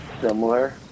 similar